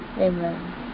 Amen